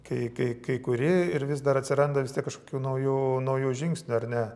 kai kai kai kuri ir vis dar atsiranda vis tiek kažkokių naujų naujų žingsnių ar ne